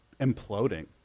imploding